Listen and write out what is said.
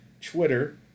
Twitter